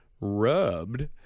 rubbed